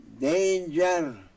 danger